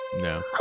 No